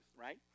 Right